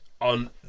On